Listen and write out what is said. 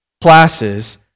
classes